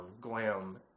glam